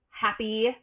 happy